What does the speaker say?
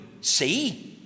see